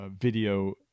video